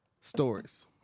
stories